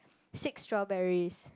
six strawberries